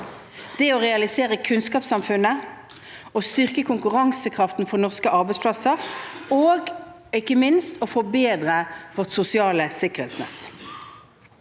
på: å realisere kunnskapssamfunnet, å styrke konkurransekraften for norske arbeidsplasser og ikke minst å forbedre vårt sosiale sikkerhetsnett.